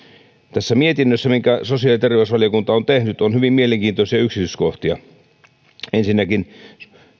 tässä mietinnössä minkä sosiaali ja terveysvaliokunta on tehnyt on hyvin mielenkiintoisia yksityiskohtia ensinnäkin